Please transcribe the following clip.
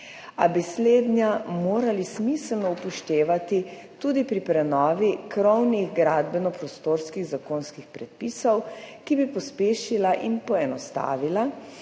a bi slednja morali smiselno upoštevati tudi pri prenovi krovnih gradbeno-prostorskih zakonskih predpisov, ki bi pospešila in poenostavila,